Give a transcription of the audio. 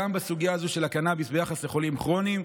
גם בסוגיה הזו של הקנביס ביחס לחולים כרוניים,